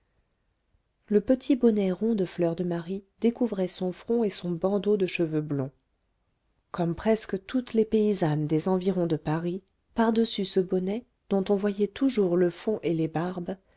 le petit bonnet rond de fleur de marie découvrait son front et son bandeau de cheveux blonds comme presque toutes les paysannes des environs de paris par-dessus ce bonnet dont on voyait toujours le fond et les barbes